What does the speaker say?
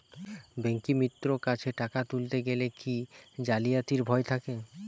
ব্যাঙ্কিমিত্র কাছে টাকা তুলতে গেলে কি জালিয়াতির ভয় থাকে?